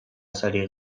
sari